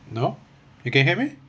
no you can hear me